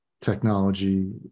technology